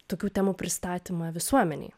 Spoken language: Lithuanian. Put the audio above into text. tokių temų pristatymą visuomenei